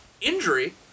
injury –